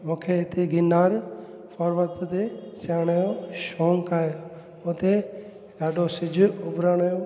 मूंखे हिते गिरनार परवत ते चढ़ण जो शौक़ु आहे हुते ॾाढो सिझु उभिरण जो